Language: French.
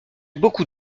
beaucoup